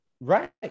right